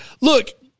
Look